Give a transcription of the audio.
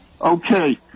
Okay